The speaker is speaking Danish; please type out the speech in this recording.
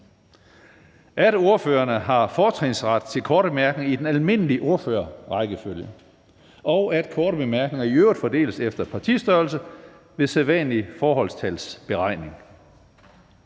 at ordførerne har fortrinsret til korte bemærkninger i den almindelige ordførerrækkefølge; og at korte bemærkninger i øvrigt fordeles efter partistørrelse efter sædvanlig forholdstalsberegning.